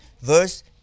verse